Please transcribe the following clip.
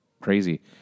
crazy